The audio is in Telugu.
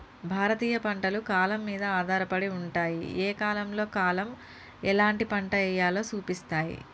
భారతీయ పంటలు కాలం మీద ఆధారపడి ఉంటాయి, ఏ కాలంలో కాలం ఎలాంటి పంట ఎయ్యాలో సూపిస్తాయి